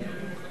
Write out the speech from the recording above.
למה?